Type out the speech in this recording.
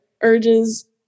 urges